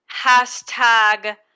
Hashtag